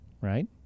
right